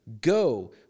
go